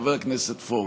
חבר הכנסת פורר?